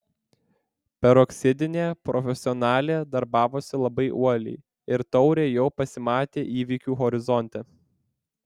peroksidinė profesionalė darbavosi labai uoliai ir taurė jau pasimatė įvykių horizonte